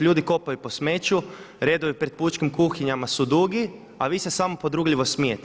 Ljudi kopaju po smeću, redovi pred pučkim kuhinjama su dugi, a vi se samo podrugljivo smijete.